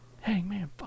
Hangman